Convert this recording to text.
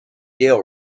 deal